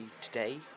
today